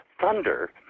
thunder